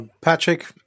Patrick